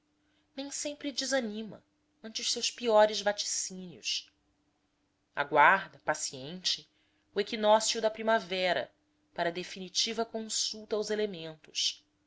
nem sempre desanima ante os seus piores vaticínios aguarda paciente o equinócio da primavera para definitiva consulta aos elementos